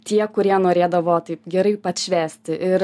tie kurie norėdavo taip gerai pat švęsti ir